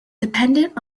dependent